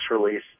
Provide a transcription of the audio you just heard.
release